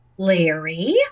Larry